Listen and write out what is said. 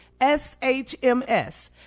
SHMS